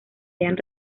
hayan